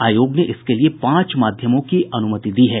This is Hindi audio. आयोग ने इसके लिए पांच माध्यमों की अनुमति दी है